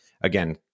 again